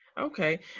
Okay